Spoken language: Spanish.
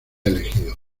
elegido